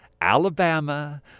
Alabama